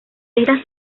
estas